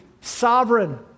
sovereign